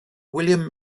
william